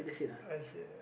I see